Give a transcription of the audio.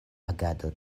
agado